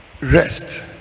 rest